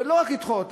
ולא רק לדחות,